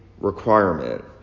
requirement